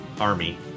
Army